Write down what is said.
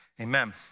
amen